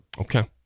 Okay